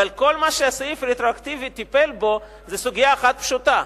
אבל כל מה שהסעיף הרטרואקטיבי טיפל בו זו סוגיה אחת פשוטה,